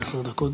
11 דקות.